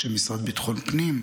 של המשרד לביטחון הפנים,